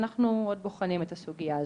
אנחנו עוד בוחנים את הסוגייה הזו.